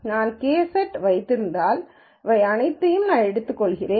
நான் K set வைத்திருந்தால் இவை அனைத்தையும் நான் எடுத்துக் கொள்கிறேன்